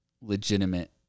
legitimate